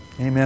Amen